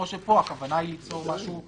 הכוונה היא ליצור משהו מנהלי,